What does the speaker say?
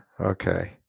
Okay